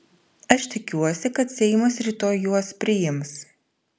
aš tikiuosi kad seimas rytoj juos priims